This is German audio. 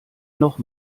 noch